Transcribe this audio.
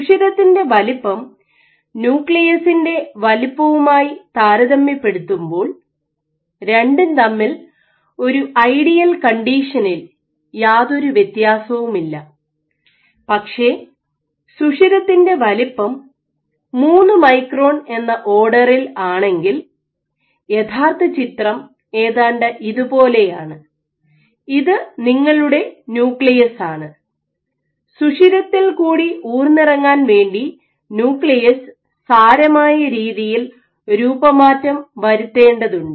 സുഷിരത്തിന്റെ വലിപ്പം ന്യൂക്ലിയസിന്റെ വലുപ്പവുമായി താരതമ്യപ്പെടുത്തുമ്പോൾ രണ്ടുo തമ്മിൽ ഒരു ഐഡിയൽ കണ്ടീഷനിൽ യാതൊരു വ്യത്യാസവുമില്ല പക്ഷേ സുഷിരത്തിന്റെ വലിപ്പം 3 മൈക്രോൺ എന്ന ഓർഡറിൽ ആണെങ്കിൽ യഥാർത്ഥ ചിത്രം ഏതാണ്ട് ഇതുപോലെയാണ് ഇത് നിങ്ങളുടെ ന്യൂക്ലിയസാണ് സുഷിരത്തിൽ കൂടി ഊർന്നിറങ്ങാൻ വേണ്ടി ന്യൂക്ലിയസ് സാരമായ രീതിയിൽ രൂപമാറ്റം വരുത്തേണ്ടതുണ്ട്